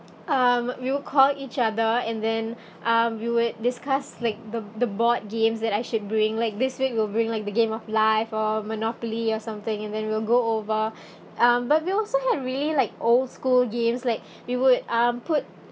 um we'll call each other and then um we would discuss like the the board games that I should bring like this week will bring like the game of life or monopoly or something and then we'll go over um but we also have really like old school games like we would um put